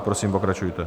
Prosím, pokračujte.